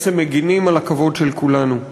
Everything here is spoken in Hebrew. ומגינים על הכבוד של כולנו.